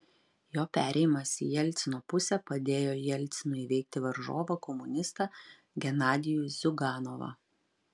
jo perėjimas į jelcino pusę padėjo jelcinui įveikti varžovą komunistą genadijų ziuganovą